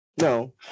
No